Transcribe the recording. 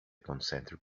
concentric